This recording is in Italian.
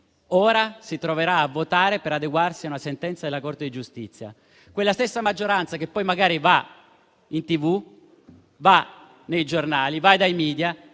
ora, si troverà a votare per adeguarsi a una sentenza della Corte di giustizia; quella stessa maggioranza che poi magari va in TV, sui giornali, dai media